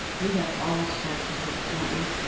we have all sorts of weeks, don't we!